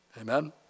Amen